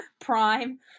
Prime